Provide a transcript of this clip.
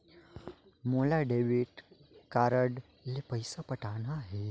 मोला debit card ले पइसा पटाना हे?